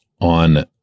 on